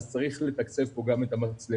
אז צריך לתקצב פה גם את המצלמות